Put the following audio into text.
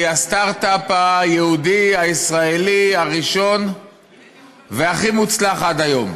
היא הסטרטאפ היהודי-הישראלי הראשון והכי מוצלח עד היום,